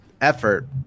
effort